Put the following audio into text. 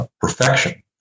perfection